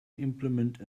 implement